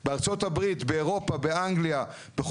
אבל הארנונה עולה 2,500